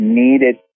needed